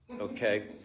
Okay